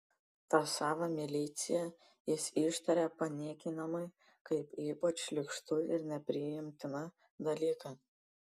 tą savo miliciją jis ištaria paniekinamai kaip ypač šlykštų ir nepriimtiną dalyką